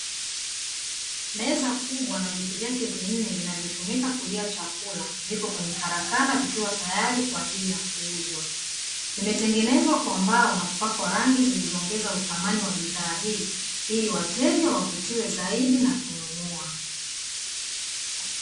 Meza kubwa na viti vyake ninne vinavyotumika kulia chakula vipo kwenye karakana vikiwa tayari kwa ajili ya kuuzwa, vimetengenezwa kwa mbao na kupakwa rangi zilizoongeza uthamani wa bidhaa hii ili wateja wavutiwe zaidi na kununua.